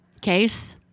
Case